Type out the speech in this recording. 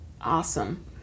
Awesome